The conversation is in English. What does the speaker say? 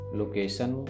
location